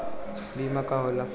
बीमा का होला?